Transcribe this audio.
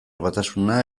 batasuna